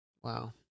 Wow